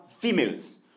females